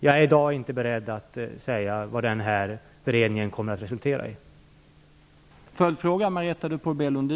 Jag är i dag inte beredd att säga vad den här beredningen kommer att resultera i.